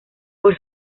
por